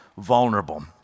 vulnerable